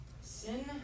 Sin